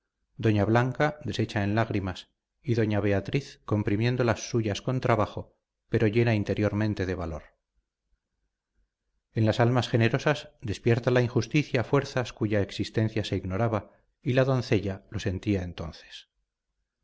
en lágrimas y doña beatriz comprimiendo las suyas con trabajo pero llena interiormente de valor en las almas generosas despierta la injusticia fuerzas cuya existencia se ignoraba y la doncella lo sentía entonces